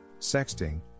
Sexting